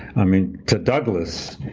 i mean, to douglass,